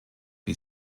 wie